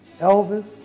Elvis